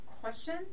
question